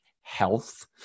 health